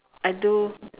I do